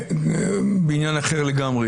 בעניין אחר לגמרי.